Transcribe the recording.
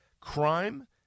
crime